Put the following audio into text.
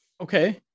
Okay